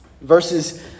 Verses